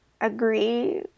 agree